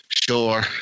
Sure